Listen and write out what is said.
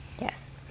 Yes